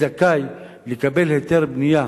או בדרום, יהיה זכאי לקבל היתר בנייה